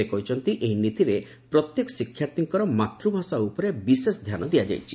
ସେ କହିଛନ୍ତି ଏହି ନୀତିରେ ପ୍ରତ୍ୟେକ ଶିକ୍ଷାର୍ଥୀଙ୍କର ମାତୃଭାଷା ଉପରେ ବିଶେଷ ଧ୍ୟାନ ଦିଆଯଇଛି